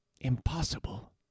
Impossible